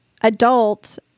adult